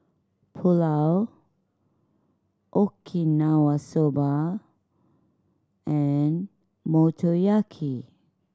Pulao Okinawa Soba and Motoyaki